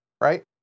right